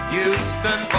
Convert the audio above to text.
Houston